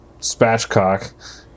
spatchcock